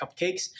cupcakes